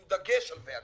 עם דגש על בהגבלתו.